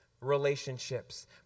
relationships